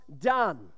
done